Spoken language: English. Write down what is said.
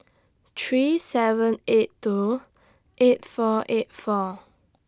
three seven eight two eight four eight four